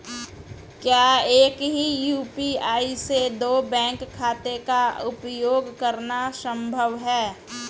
क्या एक ही यू.पी.आई से दो बैंक खातों का उपयोग करना संभव है?